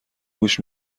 گوش